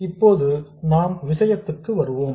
இப்போது நாம் விஷயத்திற்கு வருவோம்